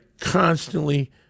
constantly